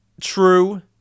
true